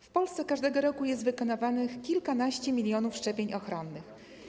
W Polsce każdego roku jest wykonywanych kilkanaście milionów szczepień ochronnych.